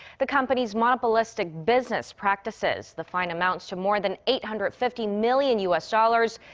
the company's monopolistic business practices. the fine amounts to more than eight hundred fifty million u s. dollars.